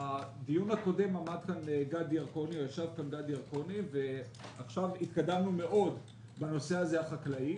בדיון הקודם ישב כאן גדי ירקוני ועכשיו התקדמנו מאוד בנושא החקלאות.